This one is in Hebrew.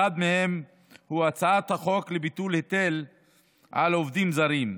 אחד מהם הוא הצעת החוק לביטול ההיטל על עובדים זרים.